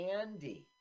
Andy